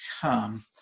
come